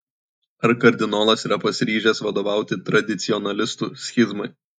ar kardinolas yra pasiryžęs vadovauti tradicionalistų schizmai